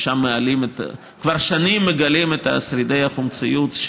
כבר שנים מגלים את שרידי החומציות,